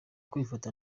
kwifata